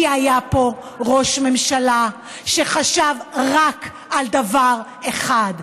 כי היה פה ראש ממשלה שחשב רק על דבר אחד: